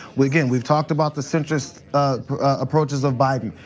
well again we've talked about the centrist approaches of biden.